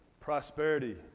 prosperity